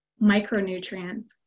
micronutrients